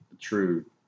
true